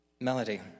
Melody